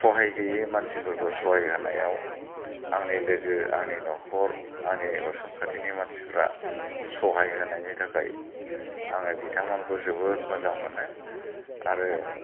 सहाय गैयै मानसिफोरखौ सहाय होनायाव आंनि लोगो आंनि न'खर आंनि उसुं खाथिनि मानसिफोरा सहाय होनायनि थाखाय आङो बिथांमोनखौ जोबोद मोजां मोनो आरो